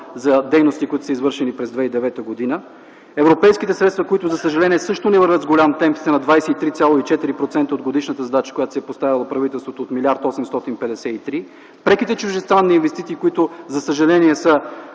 за дейности, извършени през 2009 г., европейските средства, които за съжаление също не вървят с голям темп – 23,4% от годишната задача, която си е поставило правителството от 1 млрд. 853, преките чуждестранни инвестиции, които за съжаление са